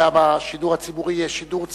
שהשידור הציבורי יהיה שידור ציבורי,